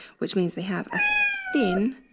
which means they have a thin